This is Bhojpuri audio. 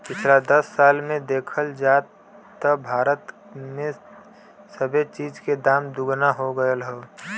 पिछला दस साल मे देखल जाए त भारत मे सबे चीज के दाम दुगना हो गएल हौ